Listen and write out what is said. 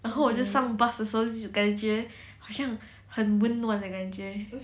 然后我就上 bus 的时候的感觉好像很温暖的感觉